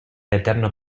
eterno